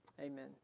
Amen